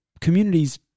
communities